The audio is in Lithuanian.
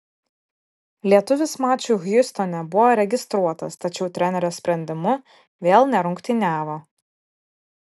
lietuvis mačui hjustone buvo registruotas tačiau trenerio sprendimu vėl nerungtyniavo